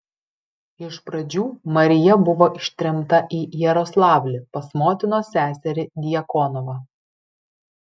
iš pradžių marija buvo ištremta į jaroslavlį pas motinos seserį djakonovą